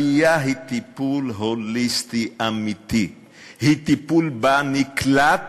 עלייה היא טיפול הוליסטי אמיתי, היא טיפול בנקלט,